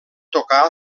tocar